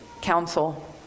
council